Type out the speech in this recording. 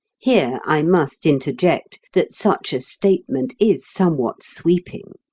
here i must interject that such a statement is somewhat sweeping.